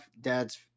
dad's